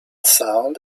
sound